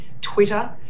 Twitter